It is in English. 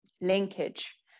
linkage